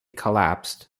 collapsed